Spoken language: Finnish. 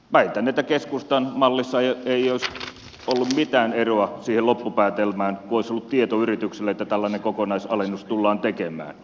väitän että keskustan mallissa ei olisi ollut mitään eroa siihen loppupäätelmään kun olisi ollut tieto yrityksille että tällainen kokonaisalennus tullaan tekemään